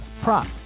prop